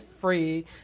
free